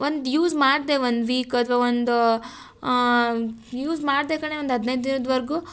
ಒಂದು ಯೂಸ್ ಮಾಡಿದೆ ಒಂದು ವೀಕ್ ಅಥವಾ ಒಂದು ಯೂಸ್ ಮಾಡಿದೆ ಕಣೇ ಒಂದು ಹದಿನೈದು ದಿನದವರ್ಗು